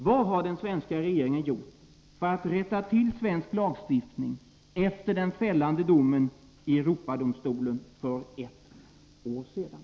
Vad har den svenska regeringen gjort för att rätta till svensk lagstiftning efter den fällande domen i Europadomstolen för ett år sedan.